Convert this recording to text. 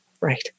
right